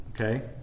Okay